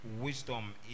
Wisdom